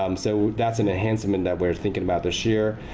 um so that's an enhancement that we're thinking about this year.